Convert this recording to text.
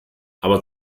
aber